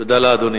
תודה לאדוני.